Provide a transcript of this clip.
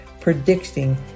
predicting